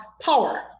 power